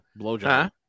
blowjob